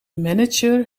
manager